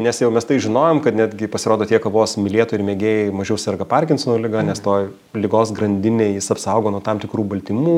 nes jau mes tai žinojom kad netgi pasirodo tie kavos mylėtojai ir mėgėjai mažiau serga parkinsono liga nes toj ligos grandinėj jis apsaugo nuo tam tikrų baltymų